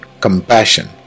compassion